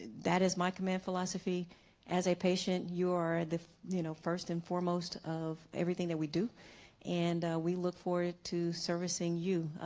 that is my command philosophy as a patient you are the you know first and foremost of everything that we do and we look forward to servicing you.